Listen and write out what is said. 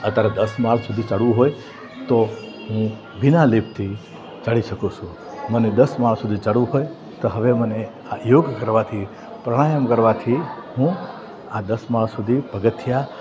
અત્યારે દસ માળ સુધી ચડવું હોય તો હું વિના લિફ્ટથી ચડી શકું છું મને દસ માળ સુધી ચડવું હોય તો હવે મને યોગ કરવાથી પ્રાણાયામ કરવાથી હું આ દસ માળ સુધી પગથિયાં